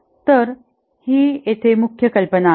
तर ही येथे मुख्य कल्पना आहे